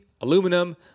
aluminum